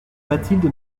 bathilde